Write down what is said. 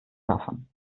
davon